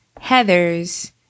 Heathers